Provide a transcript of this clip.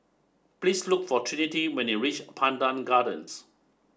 please look for Trinity when you reach Pandan Gardens